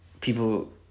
people